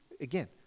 again